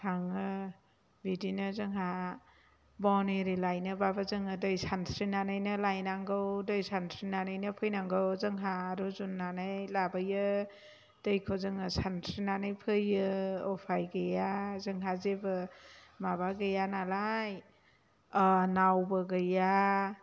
थाङो बिदिनो जोंहा बन आरि लायनोबाबो जोङो दै सानस्रिनानैनो लायनांगौ दै सानस्रिनानैनो फैनांगौ जोंहा रुजुनानै लाबोयो दैखौ जोङो सानस्रिनानै फैयो उफाय गैया जोंहा जेबो माबा गैया नालाय नावबो गैया